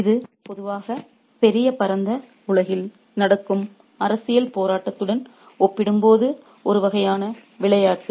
இது பொதுவாக பெரிய பரந்த உலகில் நடக்கும் அரசியல் போராட்டத்துடன் ஒப்பிடும்போது ஒரு வகையான விளையாட்டு